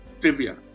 trivia